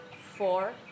four